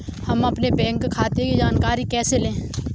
हम अपने बैंक खाते की जानकारी कैसे लें?